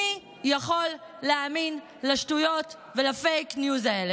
מי יכול להאמין לשטויות ולפייק ניוז האלה?